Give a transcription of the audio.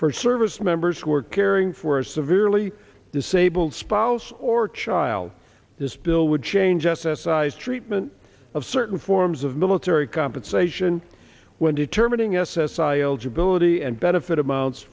for service members who are caring for a severely disabled spouse or child this bill would change s s i his treatment of certain forms of military compensation when determining s s i eligibility and benefit amounts